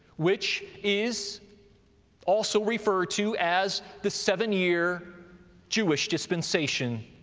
which is also referred to as the seven-year jewish dispensation